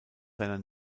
seiner